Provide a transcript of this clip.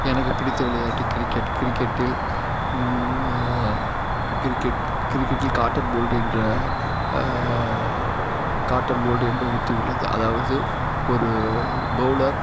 எனக்கு பிடித்த விளையாட்டு கிரிக்கெட் கிரிக்கெட்டில் கிரிக்கெட் கிரிக்கெட்டில் காட்டன் போல்ட் என்ற காட்டன் போல்ட் என்ற உத்தி உள்ளது அதாவது ஒரு பவுலர்